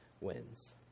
wins